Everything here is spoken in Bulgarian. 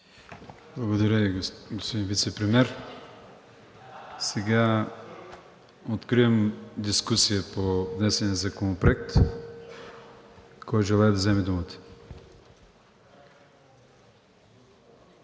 Благодаря Ви, господин Вицепремиер. Сега откривам дискусия по внесения законопроект. Кой желае да вземе думата?